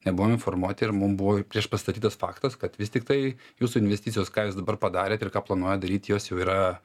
nebuvom informuoti ir mum buvo priešpastatytas faktas kad vis tiktai jūsų investicijos ką jūs dabar padarėt ir ką planuojat daryt jos jau yra